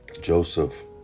Joseph